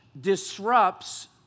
disrupts